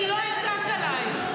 אני לא אצעק עליך.